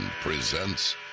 presents